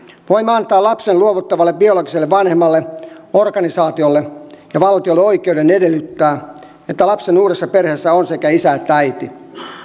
voimme antaa lapsen luovuttavalle biologiselle vanhemmalle organisaatiolle ja valtiolle oikeuden edellyttää että lapsen uudessa perheessä on sekä isä että äiti